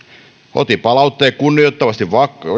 otin palautteen kunnioittavasti